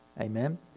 Amen